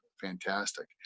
fantastic